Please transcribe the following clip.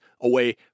away